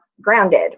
grounded